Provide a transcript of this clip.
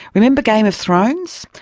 remember game of thrones?